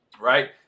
right